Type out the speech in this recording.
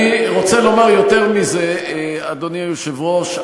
אני רוצה לומר יותר מזה, אדוני היושב-ראש.